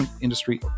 Industry